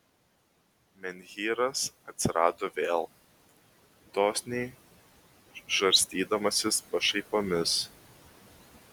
menhyras atsirado vėl dosniai žarstydamasis pašaipomis